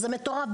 שזה מטורף.